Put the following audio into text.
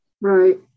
Right